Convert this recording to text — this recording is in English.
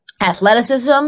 athleticism